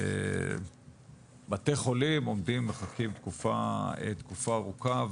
ובתי חולים עומדים ומחכים תקופה ארוחה,